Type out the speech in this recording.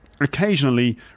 occasionally